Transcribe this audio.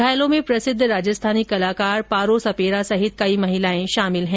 घायलों में प्रसिद्व राजस्थानी कलाकार पारो सपेरा ं सहित कई महिलाएं भी शामिल है